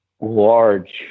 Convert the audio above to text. large